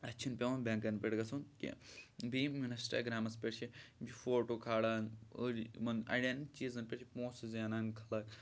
اَسہِ چھِنہٕ پٮ۪وان بینٛکَن پٮ۪ٹھ گژھُن کینٛہہ بیٚیہِ یِم اِنَسٹاگرٛامَس پٮ۪ٹھ چھِ یِم چھِ فوٹوٗ کھالان أڑۍ یِمَن اَڑٮ۪ن چیٖزَن پٮ۪ٹھ چھِ پونٛسہٕ زینان خلق